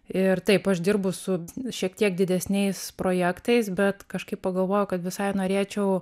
ir taip aš dirbu su šiek tiek didesniais projektais bet kažkaip pagalvojau kad visai norėčiau